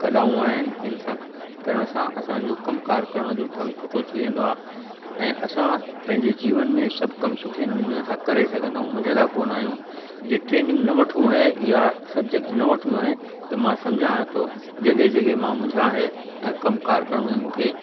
कलाऊं आहिनि इन सां करण सां असांजो कमु कार करण जो ढंग सुठो थी वेंदो आहे ऐं असां पंहिंजे जीवन में सभु कमु सुठे नमूने सां करे सघंदा आहियूं मुझंदा कोन आहियूं जंहिं ट्रेनिंग न वठूं ऐं इहा सब्जेक्ट्स न वठियूं आहे त मां सम्झा थो जॻहि जॻहि मां मुंझा है ऐं कमु कार करण में मूंखे